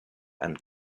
and